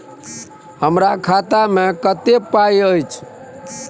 हमरा खाता में कत्ते पाई अएछ?